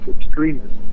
extremists